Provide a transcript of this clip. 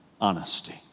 honesty